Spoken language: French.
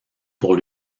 pour